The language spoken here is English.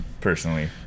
personally